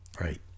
right